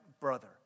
brother